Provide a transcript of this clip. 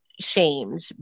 shamed